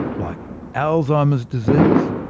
like alzheimer's disease,